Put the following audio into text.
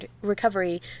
recovery